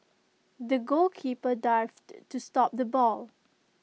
the goalkeeper dived to stop the ball